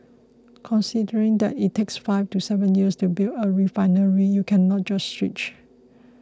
considering that it takes five to seven years to build a refinery you cannot just switch